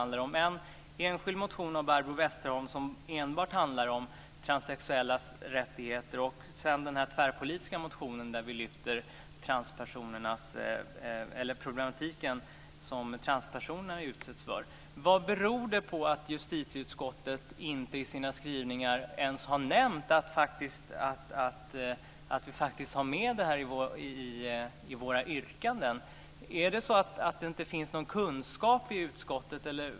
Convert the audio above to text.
Det är en enskild motion av Barbro Westerholm som enbart handlar om transsexuellas rättigheter och sedan den tvärpolitiska motionen där vi lyfter fram problematiken som transpersonerna utsätts för. Vad beror det på att justitieutskottet inte i sina skrivningar ens har nämnt att vi faktiskt har med detta i våra yrkanden? Finns det inte någon kunskap i utskottet?